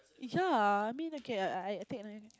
ya I mean okay I I take a line